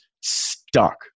stuck